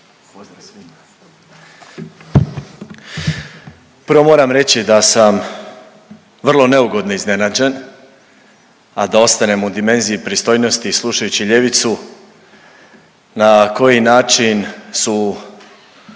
Marin (MOST)** Prvo moram reći da sam vrlo neugodno iznenađen, a da ostanem u dimenziji pristojnosti i slušajući ljevicu na koji način su